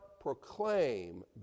proclaim